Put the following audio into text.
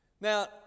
Now